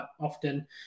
often